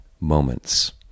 moments